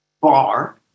bar